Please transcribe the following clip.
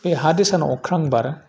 बे हा दै सान अख्रां बार